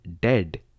dead